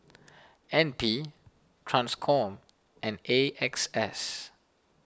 N P Transcom and A X S